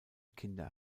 kinder